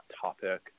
topic